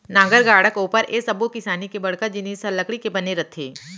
नांगर, गाड़ा, कोपर ए सब्बो किसानी के बड़का जिनिस हर लकड़ी के बने रथे